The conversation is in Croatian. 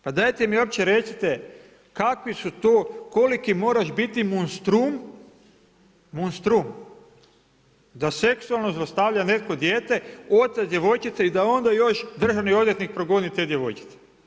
Pa dajete mi uopće recite kakvi su to, koliki moraš biti monstrum da seksualno zlostavlja neko dijete otac djevojčice i da onda još državni odvjetnik progoni te djevojčice.